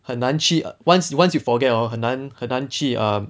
很难去 once you once you forget hor 很难很难去 err